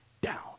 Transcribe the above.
down